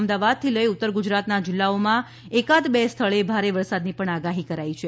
અમદાવાદથી લઇ ઉત્તર ગુજરાતના જિલ્લાઓમાં અકાદ બે સ્થળે ભારે વરસાદની પણ આગાહી કરાઇ છે